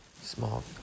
small